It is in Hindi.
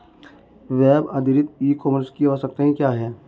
वेब आधारित ई कॉमर्स की आवश्यकता क्या है?